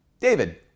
David